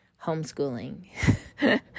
homeschooling